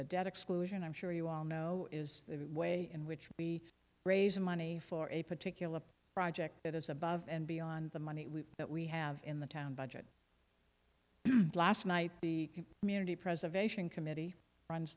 the debt exclusion i'm sure you all know is the way in which we raise money for a particular project that is above and beyond the money that we have in the town budget last night the community preservation committee runs